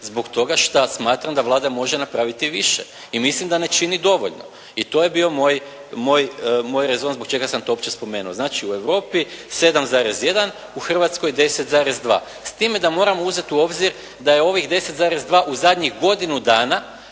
zbog toga šta ja smatram da Vlada može napraviti i više i mislim da ne čini dovoljno. I to je bio moj rezon zbog čega sam to uopće spomenuo. Znači u Europi 7,1 u Hrvatskoj 10,2 s time da moramo uzeti u obzir da je ovih 10,2 u zadnjih godinu dana,